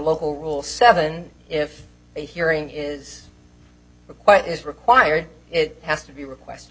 local rule seven if a hearing is required is required it has to be a request